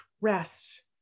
rest